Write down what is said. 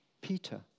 Peter